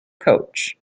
coach